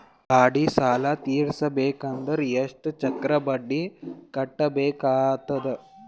ಗಾಡಿ ಸಾಲ ತಿರಸಬೇಕಂದರ ಎಷ್ಟ ಚಕ್ರ ಬಡ್ಡಿ ಕಟ್ಟಬೇಕಾಗತದ?